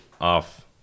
off